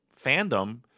fandom